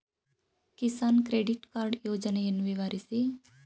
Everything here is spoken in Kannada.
ಕಿಸಾನ್ ಕ್ರೆಡಿಟ್ ಕಾರ್ಡ್ ಯೋಜನೆಯನ್ನು ವಿವರಿಸಿ?